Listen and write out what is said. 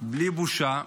בלי בושה,